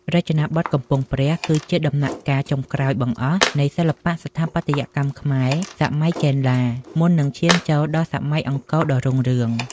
រចនាបថកំពង់ព្រះ គឺជាដំណាក់កាលចុងក្រោយបង្អស់នៃសិល្បៈស្ថាបត្យកម្មខ្មែរសម័យចេនឡា មុននឹងឈានចូលដល់សម័យអង្គរដ៏រុងរឿង។